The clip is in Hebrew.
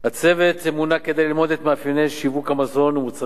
הצוות מונה כדי ללמוד את מאפייני שיווק המזון ומוצרי הצריכה,